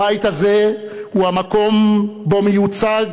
הבית הזה הוא המקום שבו מיוצג